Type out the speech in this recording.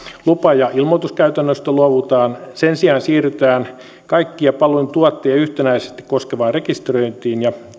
lupa ja ilmoituskäytännöistä luovutaan sen sijaan siirrytään kaikkia palveluntuottajia yhtenäisesti koskevaan rekisteröintiin ja